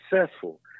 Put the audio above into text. successful